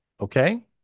Okay